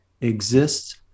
exists